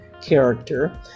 character